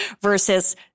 versus